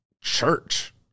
church